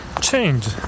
change